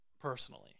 personally